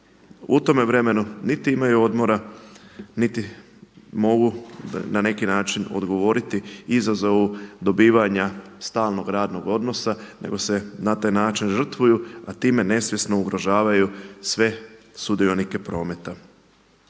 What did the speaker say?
u tome vremenu niti imaju odmora niti mogu na neki način odgovoriti izazovu dobivanja stalnog radnog odnosa nego se na taj način žrtvuju, a time nesvjesno ugrožavaju sve sudionike prometa.